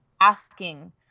asking